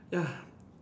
ya